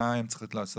מה הן צריכות לעשות?